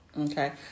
Okay